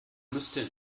müsste